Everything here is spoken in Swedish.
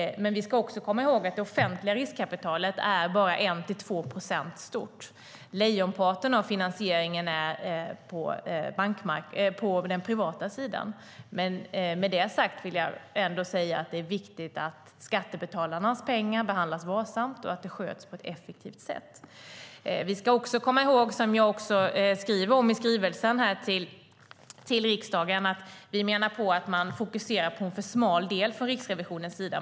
Men vi ska också komma ihåg att det offentliga riskkapitalet bara är 1-2 procent. Lejonparten av finansieringen finns på den privata sidan. Med detta sagt vill jag ändå säga att det är viktigt att skattebetalarnas pengar behandlas varsamt och att det hela sköts på ett effektivt sätt. Som jag skriver i skrivelsen till riksdagen ska vi komma ihåg att vi menar att man fokuserar på en alltför smal del från Riksrevisionens sida.